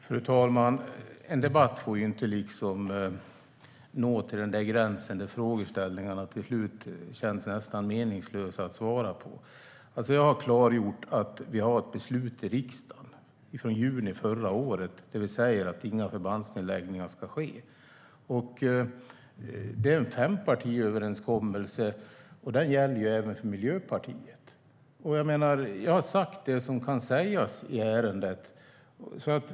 Fru talman! En debatt får inte nå till den gräns där frågeställningarna till slut känns nästan meningslösa att svara på. Jag har klargjort att vi har ett beslut i riksdagen från juni förra året där vi säger att inga förbandsnedläggningar ska ske. Det är en fempartiöverenskommelse, och den gäller även för Miljöpartiet. Jag har sagt det som kan sägas i ärendet.